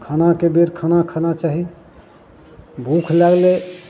खानाके बेर खाना खाना चाही भूख लागलय